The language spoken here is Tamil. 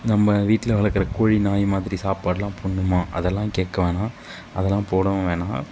நம்ம வீட்டில் வளக்கிற கோழி நாய் மாதிரி சாப்பாடுலாம் போடணுமா அதெல்லாம் கேட்க வேணாம் அதலாம் போடவும் வேணாம்